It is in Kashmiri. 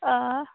آ